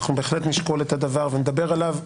אנחנו בהחלט נשקול את הדבר ונדבר עליו.